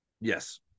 Yes